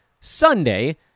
Sunday